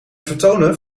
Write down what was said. vertonen